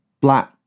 Black